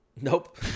Nope